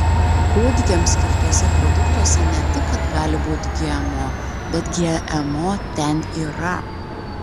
kūdikiams skirtuose produktuose ne tik kad gali būti gmo bet gmo ten yra